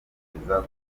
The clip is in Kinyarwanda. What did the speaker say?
kwitoza